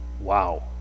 Wow